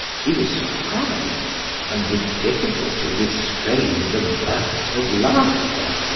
he was surprised and with difficulty restrained a burst of laughter.